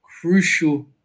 crucial